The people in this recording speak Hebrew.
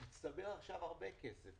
הצטבר עכשיו הרבה כסף.